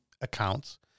accounts